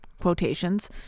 quotations